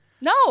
No